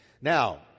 Now